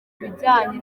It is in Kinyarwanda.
bijyanye